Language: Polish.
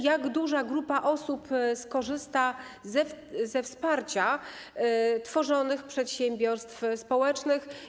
Jak duża grupa osób skorzysta ze wsparcia tworzonych przedsiębiorstw społecznych?